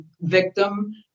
victim